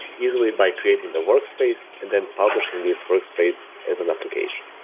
easily by creating the workspace and then publishing this workspace as an application.